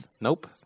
Nope